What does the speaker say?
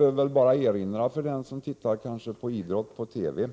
Åtskilliga av oss ser på idrott på TV